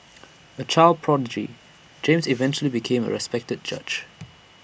A child prodigy James eventually became A respected judge